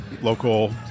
local